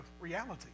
reality